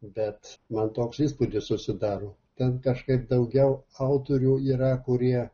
bet man toks įspūdis susidaro ten kažkaip daugiau autorių yra kurie